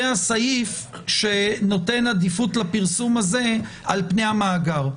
הסעיף שנותן עדיפות לפרסום הזה על פני המאגר.